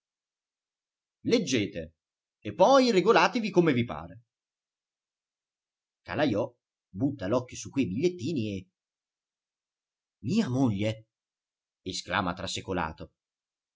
leggete e poi regolatevi come vi pare calajò butta l'occhio su quei bigliettini e mia moglie esclama